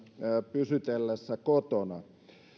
pysytellessä kotona